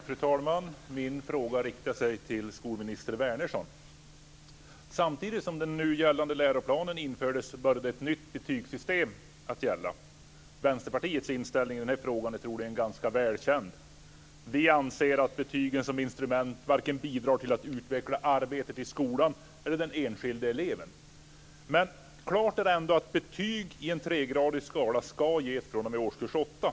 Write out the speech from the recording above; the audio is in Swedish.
Fru talman! Jag vill rikta en fråga till skolminister Wärnersson. Samtidigt som den nu gällande läroplanen infördes började ett nytt betygssystem att gälla. Vänsterpartiets inställning i frågan är troligen ganska välkänd. Vi anser att betygen som instrument inte bidrar till att utveckla vare sig arbetet i skolan eller den enskilde eleven. Klart är ändå att betyg på en tregradig skala ska ges fr.o.m. årskurs 8.